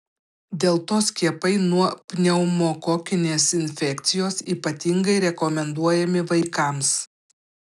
dėl to skiepai nuo pneumokokinės infekcijos ypatingai rekomenduojami vaikams